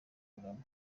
kagame